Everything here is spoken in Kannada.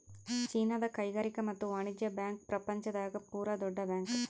ಚೀನಾದ ಕೈಗಾರಿಕಾ ಮತ್ತು ವಾಣಿಜ್ಯ ಬ್ಯಾಂಕ್ ಪ್ರಪಂಚ ದಾಗ ಪೂರ ದೊಡ್ಡ ಬ್ಯಾಂಕ್